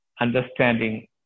understanding